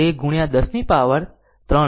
તે ગુણ્યા 10 ની પાવર 3 છે